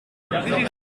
provincie